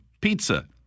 pizza